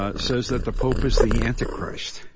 ah says that the pope is the antichrist.